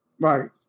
Right